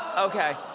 okay.